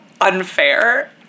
unfair